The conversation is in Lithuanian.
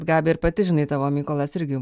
gabija ir pati žinai tavo mykolas irgi